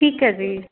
ਠੀਕ ਹੈ ਜੀ